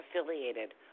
affiliated